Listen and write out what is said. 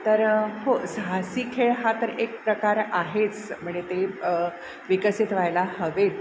तर हो साहसी खेळ हा तर एक प्रकार आहेच म्हणजे ते विकसित व्हायला हवे आहेत